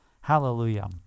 Hallelujah